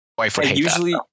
Usually